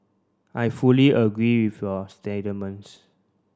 I fully agree with your